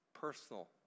personal